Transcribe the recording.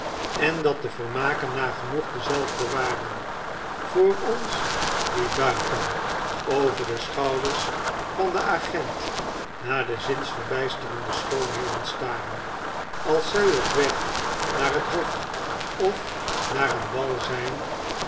en dat de vermaken nagenoeg dezelfde waren voor ons die buiten over de schouders van den agent naar de zinsverbijsterende schoonheden staren als zij op weg naar het hof of naar een bal zijn